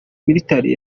mitali